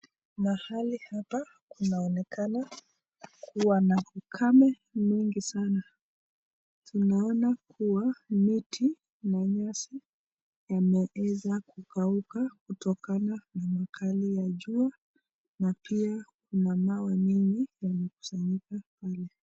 Mahali hapa kunaonekana kuwa na ukame mingi sana. Tunaona kuwa miti na nyasi yameweza kukauka kutokana na ukali ya jua na pia kuna mawe mingi yamekusanyika kando.